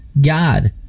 God